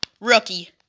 rookie